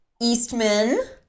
Eastman